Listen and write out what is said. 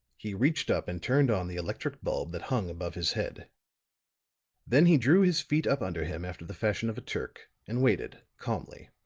he reached up and turned on the electric bulb that hung above his head then he drew his feet up under him after the fashion of a turk and waited, calmly.